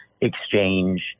exchange